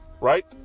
right